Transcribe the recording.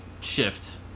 shift